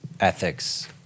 ethics